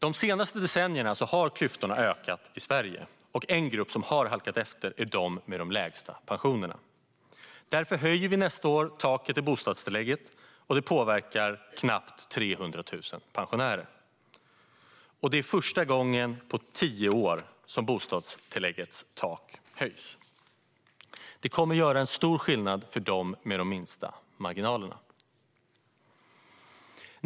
De senaste decennierna har klyftorna ökat i Sverige. En grupp som har halkat efter är de människor som har de lägsta pensionerna. Därför höjer vi nästa år taket för bostadstillägget, vilket påverkar nästan 300 000 pensionärer. Det är första gången på tio år som bostadstilläggets tak höjs. Det kommer att göra stor skillnad för dem med de minsta marginalerna.